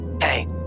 Hey